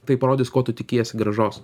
tai parodys ko tu tikiesi grąžos